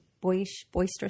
boisterous